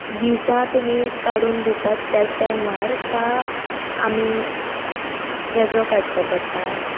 visa तुमी काडून दिता त्याच टायमार काय आमी वेगळो काडचो पडटा